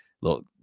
look